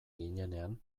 ginenean